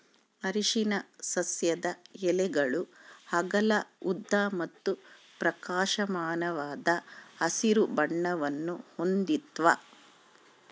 ಅರಿಶಿನ ಸಸ್ಯದ ಎಲೆಗಳು ಅಗಲ ಉದ್ದ ಮತ್ತು ಪ್ರಕಾಶಮಾನವಾದ ಹಸಿರು ಬಣ್ಣವನ್ನು ಹೊಂದಿರ್ತವ